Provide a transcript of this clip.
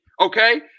okay